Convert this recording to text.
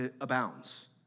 abounds